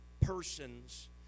persons